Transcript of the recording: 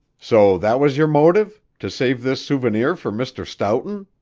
so that was your motive to save this souvenir for mr. stoughton?